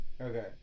Okay